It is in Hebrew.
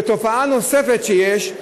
תופעה נוספת שיש,